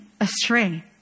astray